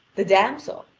the damsel,